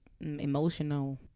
emotional